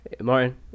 Martin